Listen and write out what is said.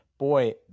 Boy